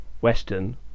Western